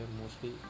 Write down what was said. mostly